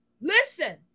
listen